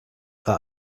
that